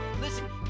Listen